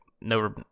no